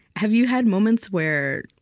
have you had moments where